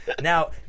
Now